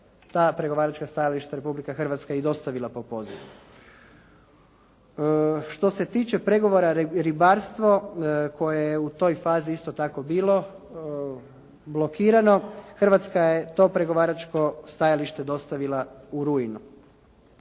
Ta pregovaračka stajališta Republika Hrvatska je i dostavila po pozivu. Što se tiče pregovora ribarstvo koje je u toj fazi isto tako bilo blokirano Hrvatska je to pregovaračko stajalište dostavila u rujnu.